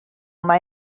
mai